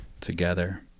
together